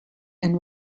and